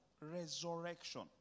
resurrection